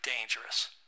dangerous